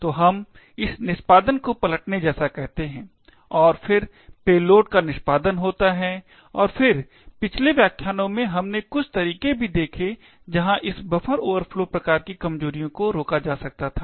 तो हम इसे निष्पादन को पलटने जैसा कहते है और फिर पेलोड का निष्पादन होता है और फिर पिछले व्याख्यानों में हमने कुछ तरीके भी देखे जहाँ इस बफर ओवरफ्लो प्रकार की कमजोरियों को रोका जा सकता था